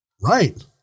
right